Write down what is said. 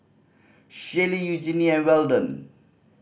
Shaylee Eugenie and Weldon